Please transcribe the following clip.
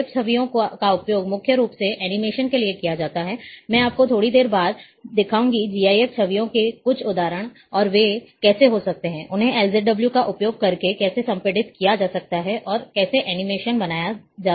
GIF छवियों का उपयोग मुख्य रूप से एनिमेशन के लिए किया जाता है मैं आपको थोड़ी देर बाद दिखाऊंगा GIF छवियों के कुछ उदाहरण और वे कैसे हो सकते हैं उन्हें LZW का उपयोग करके कैसे संपीड़ित किया जा सकता है और कैसे एनिमेशन बनाया जा सकता है